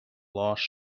lost